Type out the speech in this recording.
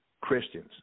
Christians